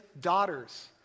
daughters